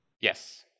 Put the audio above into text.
yes